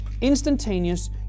instantaneous